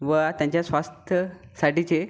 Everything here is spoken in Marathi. व त्यांच्या स्वास्थ्यासाठीचे